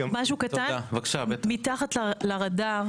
זה עבר בשקט מתחת לרדאר,